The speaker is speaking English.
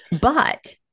but-